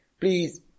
please